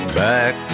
back